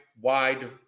wide